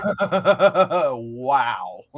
wow